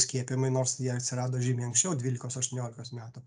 skiepijimai nors jie atsirado žymiai anksčiau dvylikos aštuoniolikos metų